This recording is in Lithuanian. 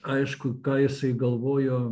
aišku ką jisai galvojo